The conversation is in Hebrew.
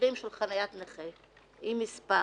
שבמקרים של חניית נכה עם מספר